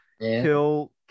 Kill